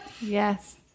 Yes